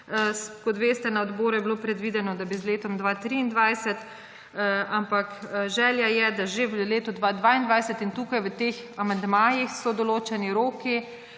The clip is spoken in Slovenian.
Kot veste, je bilo na odboru predvideno, da bi z letom 2023, ampak želja je, da že v letu 2022, in tukaj, v teh amandmajih so določeni roki,